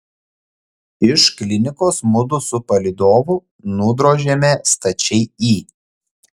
iš klinikos mudu su palydovu nudrožėme stačiai į